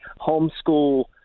homeschool